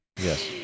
yes